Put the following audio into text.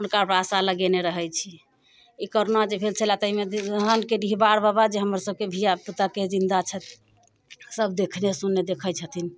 हुनकापर आशा लगेने रहै छी ई कोरोना जे भेल छलैहँ धनके डिहबार बाबा जे हमर सभके धियापुताके जिन्दा छै सभ देखने सुनने देखै छथिन